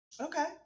Okay